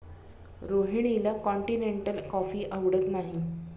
रोहिणीला continental coffee आवडत नाही